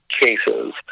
cases